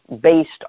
based